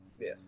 yes